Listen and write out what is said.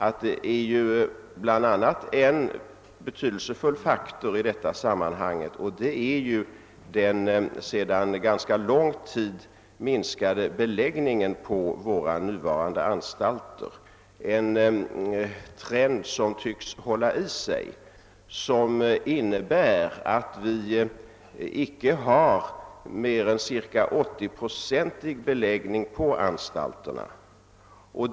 En betydelsefull faktor i detta sammanhang är den sedan ganska lång tid tillbaka minskade beläggningen på våra nuvarande anstalter. Det är en trend som tycks hålla i sig och som innebär att vi inte har mer än en ca 80-procentig beläggning på anstalterna.